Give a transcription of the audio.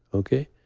okay?